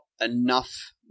enough